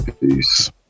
Peace